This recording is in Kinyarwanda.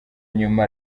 nyuma